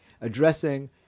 addressing